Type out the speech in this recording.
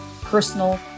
personal